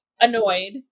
annoyed